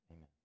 Amen